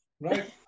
Right